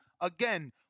Again